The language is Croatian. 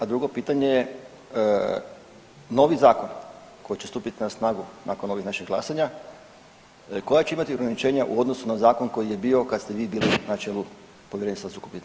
A drugo pitanje je, novi zakon koji će stupiti na snagu nakon ovih naših glasanja koja će imati ograničenja u odnosu na zakon koji je bio kad ste vi bili na čelu povjerenstva za sukob interesa.